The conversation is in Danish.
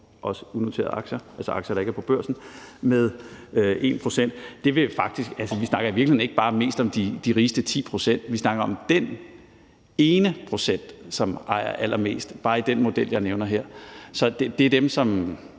også unoterede aktier, altså aktier, der ikke er på børsen, snakker vi i virkeligheden ikke bare mest om de rigeste 10 pct.; vi snakker om den ene procent, som ejer allermest, bare i den model, jeg nævner her, og det er dem, som